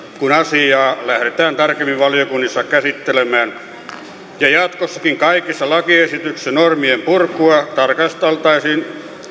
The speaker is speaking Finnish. kun asiaa lähdetään tarkemmin valiokunnissa käsittelemään ja jatkossakin kaikissa lakiesityksissä normien purkua tarkasteltaisiin